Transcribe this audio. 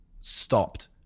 stopped